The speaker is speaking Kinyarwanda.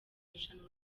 irushanwa